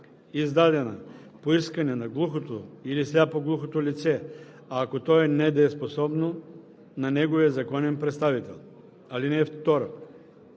издадена по искане на глухото или сляпо-глухото лице, а ако то е недееспособно – на неговия законен представител. (2) Искането